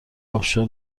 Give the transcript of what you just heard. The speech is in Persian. ابشار